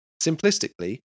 Simplistically